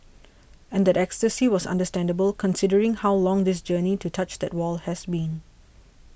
and that ecstasy was understandable considering how long this journey to touch that wall has been